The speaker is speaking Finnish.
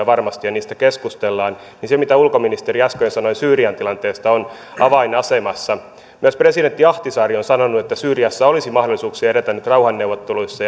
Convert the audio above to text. varmasti ja niistä keskustellaan se mitä ulkoministeri äsken sanoi syyrian tilanteesta on avainasemassa myös presidentti ahtisaari on sanonut että syyriassa olisi mahdollisuuksia edetä nyt rauhanneuvotteluissa